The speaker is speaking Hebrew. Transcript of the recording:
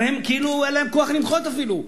הרי הם, כאילו, אין להם כוח למחות אפילו.